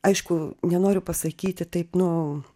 aišku nenoriu pasakyti taip nu